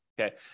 Okay